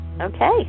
Okay